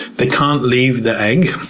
they can't leave the egg,